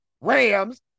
Rams